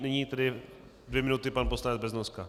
Nyní tedy dvě minuty pan poslanec Beznoska.